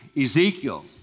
Ezekiel